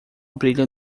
brilha